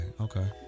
okay